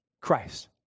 Christ